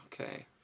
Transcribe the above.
okay